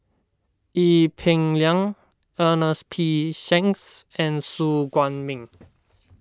Ee Peng Liang Ernest P Shanks and Su Guaning